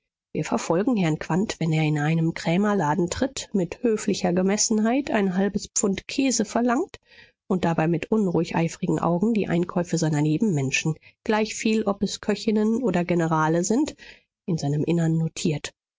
wir verfolgen herrn quandt wenn er in einen krämerladen tritt mit höflicher gemessenheit ein halbes pfund käse verlangt und dabei mit unruhig eifrigen augen die einkäufe seiner nebenmenschen gleichviel ob es köchinnen oder generale sind in seinem innern notiert